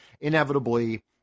inevitably